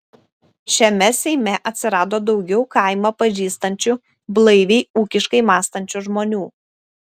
šiame seime atsirado daugiau kaimą pažįstančių blaiviai ūkiškai mąstančių žmonių